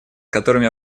которыми